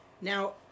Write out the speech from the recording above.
Now